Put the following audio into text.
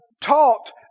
taught